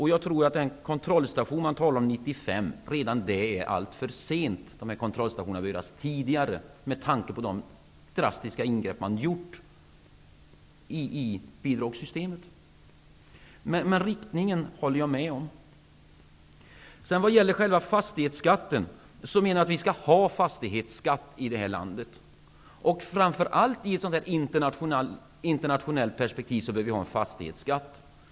Man talar om en kontrollstation år 1995, men redan det är alltför sent. De kontrollstationerna bör finnas tidigare med tanke på de drastiska ingrepp man har gjort i bidragssystement. Men jag håller med om riktningen. Jag menar att vi skall ha en fastighetsskatt i det här landet. Framför allt i ett internationellt perspektiv bör vi ha en fastighetsskatt.